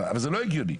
אבל זה לא הגיוני.